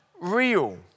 real